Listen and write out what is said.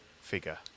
figure